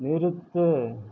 நிறுத்து